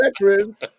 veterans